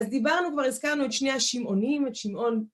אז דיברנו כבר, הזכרנו את שני השמעונים, את שמעון...